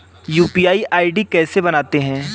UPI ID कैसे बनाते हैं?